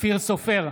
אופיר סופר,